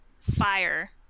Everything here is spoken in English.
fire